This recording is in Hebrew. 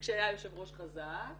וכשהיה יושב ראש חזק,